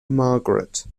margaret